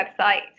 website